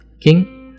King